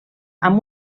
amb